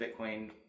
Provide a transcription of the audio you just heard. Bitcoin